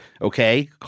okay